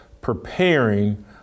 preparing